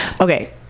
okay